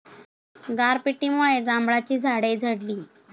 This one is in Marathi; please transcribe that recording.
गारपिटीमुळे जांभळाची झाडे झडली